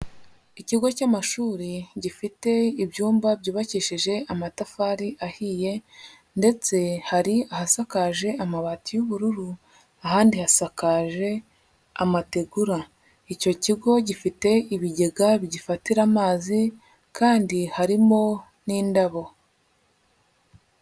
Ikigo cy'amashuri gifite ibyumba byubakishije amatafari ahiye ndetse hari ahasakaje amabati y'ubururu, ahandi hasakaje amategura, icyo kigo gifite ibigega bigifatira amazi kandi harimo n'indabo.